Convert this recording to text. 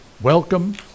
Welcome